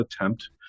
attempt